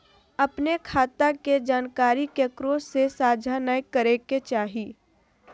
अपने खता के जानकारी केकरो से साझा नयय करे के चाही